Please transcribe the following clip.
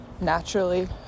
naturally